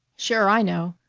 sure, i know,